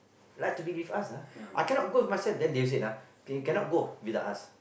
like to be with us ah I cannot go myself then they will say you cannot go with us